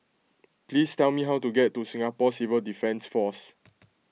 please tell me how to get to Singapore Civil Defence force